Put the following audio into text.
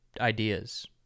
ideas